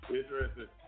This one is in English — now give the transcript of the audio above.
Interesting